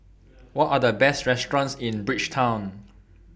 What Are The Best restaurants in Bridgetown